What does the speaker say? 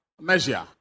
measure